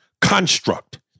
construct